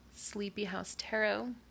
sleepyhousetarot